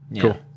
Cool